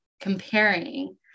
comparing